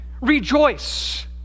rejoice